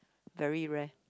very rare